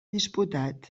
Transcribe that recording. disputat